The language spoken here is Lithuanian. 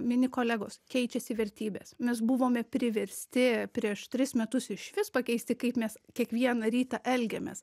mini kolegos keičiasi vertybės mes buvome priversti prieš tris metus išvis pakeisti kaip mes kiekvieną rytą elgiamės